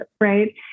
right